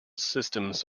systems